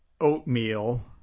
oatmeal